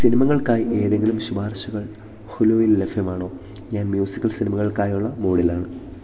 സിനിമകൾക്കായി ഏതെങ്കിലും ശുപാർശകൾ ഹുലുവിൽ ലഭ്യമാണോ ഞാൻ മ്യൂസിക്കൽ സിനിമകൾക്കായുള്ള മൂഡിലാണ്